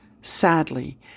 Sadly